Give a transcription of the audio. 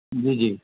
جی جی